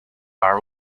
are